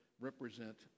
represent